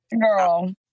Girl